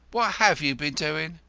what have you been doing?